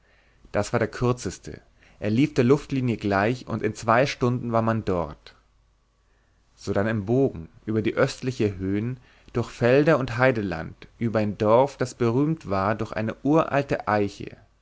das war der kürzeste er lief der luftlinie gleich und in zwei stunden war man dort sodann im bogen über die östlichen höhn durch felder und heideland über ein dorf das berühmt war durch eine uralte eiche